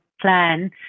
plan